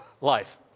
life